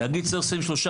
להגיד ששמים 3,